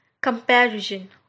Comparison